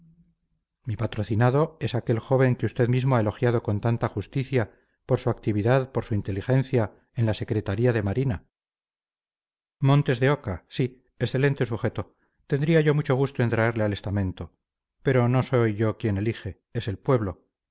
mi patrocinado es aquel joven que usted mismo ha elogiado con tanta justicia por su actividad por su inteligencia en la secretaría de marina montes de oca sí excelente sujeto tendría yo mucho gusto en traerle al estamento pero no soy yo quien elige es el pueblo